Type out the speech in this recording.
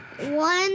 one